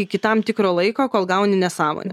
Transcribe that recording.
iki tam tikro laiko kol gauni nesąmonę